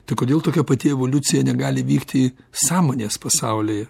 tai kodėl tokia pati evoliucija negali vykti sąmonės pasaulyje